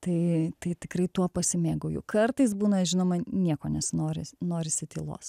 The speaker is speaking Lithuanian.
tai tai tikrai tuo pasimėgauju kartais būna žinoma nieko nesinoris norisi tylos